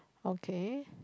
okay